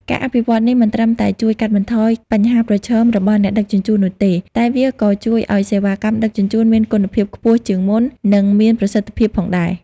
ការអភិវឌ្ឍន៍នេះមិនត្រឹមតែជួយកាត់បន្ថយបញ្ហាប្រឈមរបស់អ្នកដឹកជញ្ជូននោះទេ តែវាក៏ជួយឱ្យសេវាកម្មដឹកជញ្ជូនមានគុណភាពខ្ពស់ជាងមុន និងមានប្រសិទ្ធភាពផងដែរ។